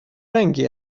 رنگی